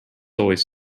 always